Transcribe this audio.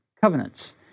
Covenants